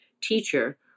teacher